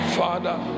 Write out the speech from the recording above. father